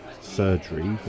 surgery